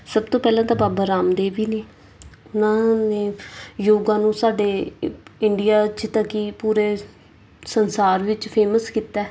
ਸਭ ਤੋਂ ਪਹਿਲਾਂ ਤਾਂ ਬਾਬਾ ਰਾਮਦੇਵ ਵੀ ਨੇ ਉਹਨਾਂ ਨੇ ਯੋਗਾ ਨੂੰ ਸਾਡੇ ਇੰਡੀਆ 'ਚ ਤਾਂ ਕੀ ਪੂਰੇ ਸੰਸਾਰ ਵਿੱਚ ਫੇਮਸ ਕੀਤਾ